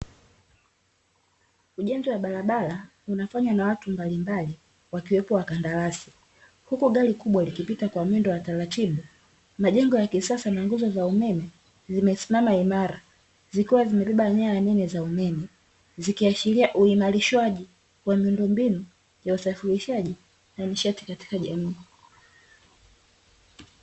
Ujenzi wa barabara unafanywa nawatu mbalimbali wakiwepo wakandarasi huku gari kubwa likipita kwa mwendo wa taratibu majengo ya kisasa na nguzo za umeme zimesimama imara zikiwa zimebeba nyaya nene za umeme zikiashiria uimarishwaji wa miundo mbinu ya usafirishaji na nishati katika jamii.